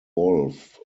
wolff